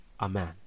Amen